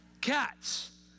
Cats